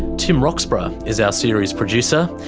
tim roxburgh is our series producer,